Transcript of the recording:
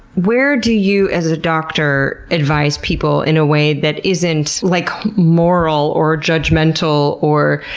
where do you as a doctor advise people in a way that isn't, like, moral or judgmental, or,